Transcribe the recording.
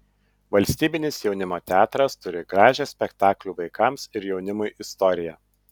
valstybinis jaunimo teatras turi gražią spektaklių vaikams ir jaunimui istoriją